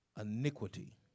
iniquity